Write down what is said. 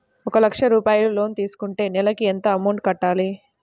ఒక లక్ష రూపాయిలు లోన్ తీసుకుంటే నెలకి ఎంత అమౌంట్ కట్టాలి?